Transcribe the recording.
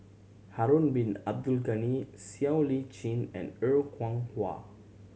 Harun Bin Abdul Ghani Siow Lee Chin and Er Kwong Wah